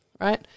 right